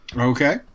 okay